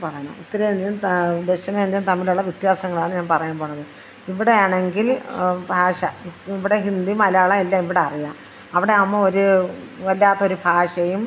ഇപ്പോള് ആണ് ഉത്തരേന്ത്യയും ദക്ഷിണേന്ത്യയും തമ്മിലുള്ള വിത്യാസങ്ങളാണ് ഞാൻ പറയാൻ പോണത് ഇവിടെയാണെങ്കിൽ അ ഭാഷ ഇവിടെ ഹിന്ദി മലയാളം എല്ലാം ഇവിടറിയാം അവിടെ ആവുമ്പോള് ഒരു വല്ലാത്തൊരു ഭാഷയും